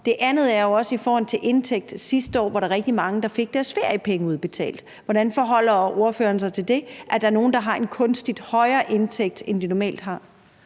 Noget andet er jo også i forhold til indtægt. Sidste år var der rigtig mange, der fik deres feriepenge udbetalt. Hvordan forholder ordføreren sig til det? Er der nogen, der har en kunstigt højere indtægt, end de normalt har?